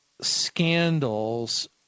scandals